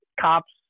Cops